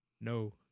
No